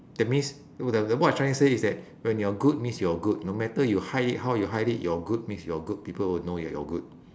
that means oh the the what I'm trying to say is that when you are good means you are good no matter you hide it how you hide it you're good means you're good people will know that you're good